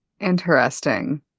Interesting